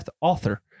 author